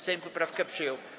Sejm poprawkę przyjął.